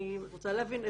אני רוצה להבין,